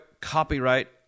copyright